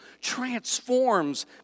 transforms